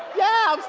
yeah,